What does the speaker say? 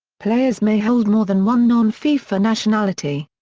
players may hold more than one non-fifa nationality.